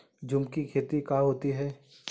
झूम की खेती कहाँ होती है?